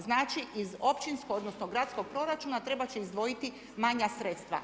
Znači iz općinskog, odnosno gradskog proračuna trebati će izdvojiti manja sredstva.